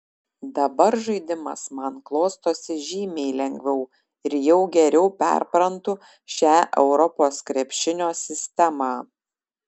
dabar žaidimas man klostosi žymiai lengviau ir jau geriau perprantu šią europos krepšinio sistemą